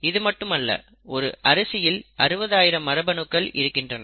இது மட்டுமல்ல ஒரு அரிசியில் 60000 மரபணுக்கள் இருக்கின்றன